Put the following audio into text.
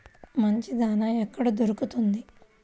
మంచి దాణా ఎక్కడ దొరుకుతుంది?